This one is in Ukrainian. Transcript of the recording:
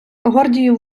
гордіїв